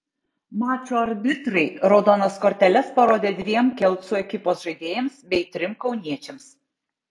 mačo arbitrai raudonas korteles parodė dviem kelcų ekipos žaidėjams bei trim kauniečiams